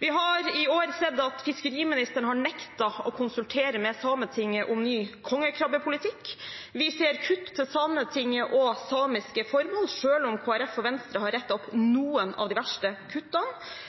Vi har i år sett at fiskeriministeren har nektet å konsultere med Sametinget om ny kongekrabbepolitikk, vi ser kutt til Sametinget og samiske formål, selv om Kristelig Folkeparti og Venstre har rettet opp noen av de verste kuttene,